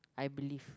I believe